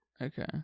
Okay